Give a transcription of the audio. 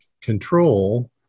control